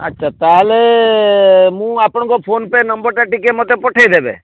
ଆଚ୍ଛା ତାହେଲେ ମୁଁ ଆପଣଙ୍କ ଫୋନ୍ ପେ ନମ୍ବର୍ ଟା ଟିକିଏ ମୋତେ ପଠେଇଦେବେ